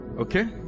Okay